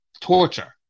torture